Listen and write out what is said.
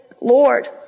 Lord